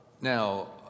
now